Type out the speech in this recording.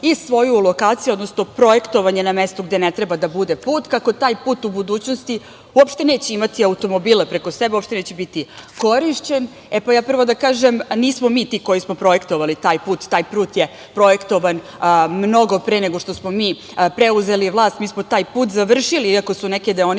i svoju lokaciju, odnosno projektovanje na mestu gde ne treba da bude put, kako taj put u budućnosti neće imati automobile, uopšte neće biti korišćen. Prvo da kažem da nismo mi ti koji smo projektovali taj put. Taj put je projektovan mnogo pre nego što smo mi preuzeli vlast. Mi smo taj put završili, iako su neke deonice